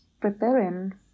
preparing